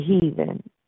heathen